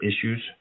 issues